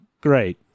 great